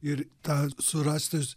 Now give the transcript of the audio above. ir tą surasti